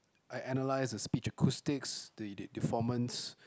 I analysed the speech acoustics the the formants